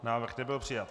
Návrh nebyl přijat.